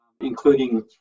including